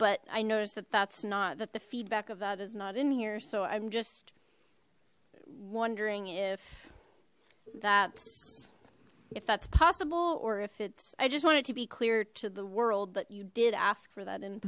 but i noticed that that's not that the feedback of that is not in here so i'm just wondering if that's if that's possible or if it's i just wanted to be clear to the world that you did ask for that